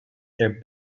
their